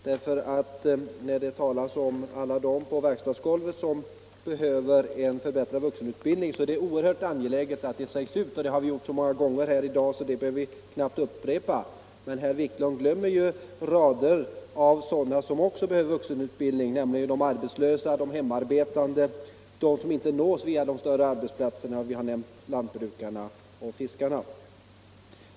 När det talas om alla dem på verkstadsgolvet som behöver en förbättrad vuxenutbildning, så är det oerhört angeläget att man säger ut — och det har vi gjort så många gånger här i dag att vi knappt behöver upprepa det — att det finns andra grupper som också behöver vuxenutbildning men 75 som herr Wiklund glömmer, nämligen de arbetslösa, de hemarbetande, de som inte nås via de större arbetsplatserna; vi har nämnt bl.a. lantbrukarna och fiskarna.